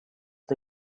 the